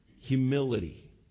humility